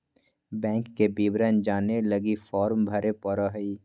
bank के विवरण जाने लगी फॉर्म भरे पड़ो हइ